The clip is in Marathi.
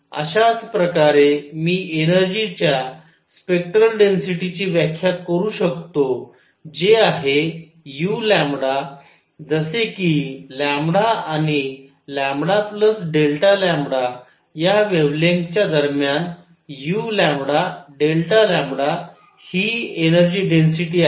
अशाच प्रकारे मी एनर्जी च्या स्पेक्टरल डेन्सिटी ची व्याख्या करू शकतो जे आहे u जसे कि λ आणि λ Δया वेव्हलेंग्थ च्या दरम्यान u हि एनर्जी डेन्सिटी आहे